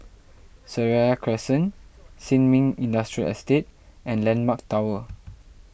Seraya Crescent Sin Ming Industrial Estate and Landmark Tower